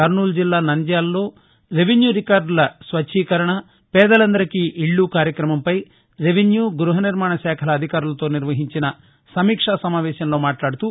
కర్నూలు జిల్లా నంద్యాలలో రెవెన్యూ రికార్డల స్వచ్చీకరణ పేదలందరికీ ఇళ్లు కార్యక్రమంపై రెవెన్యూ గృహ నిర్మాణ శాఖల అధికారులతో నిర్వహించిన సమీక్షా సమావేశంలో మాట్లాడుతూ